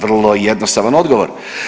Vrlo jednostavan odgovor.